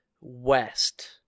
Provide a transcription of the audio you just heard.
west